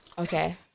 Okay